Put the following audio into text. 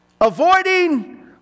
avoiding